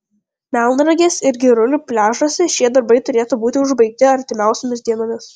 melnragės ir girulių pliažuose šie darbai turėtų būti užbaigti artimiausiomis dienomis